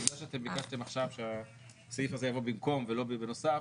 בגלל שביקשתם עכשיו שהסעיף הזה יבוא במקום ולא בנוסף,